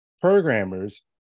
programmers